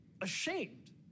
ashamed